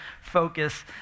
focus